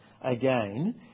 again